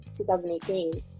2018